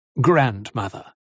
Grandmother